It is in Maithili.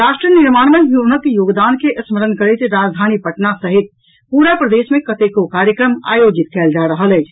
राष्ट्र निर्माण मे हुनक योगदान के स्मरण करैत राजधानी पटना सहित पूरा प्रदेश मे कतेको कार्यक्रम आयोजित कयल जा रहल अछि